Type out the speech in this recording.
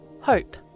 Hope